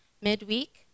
midweek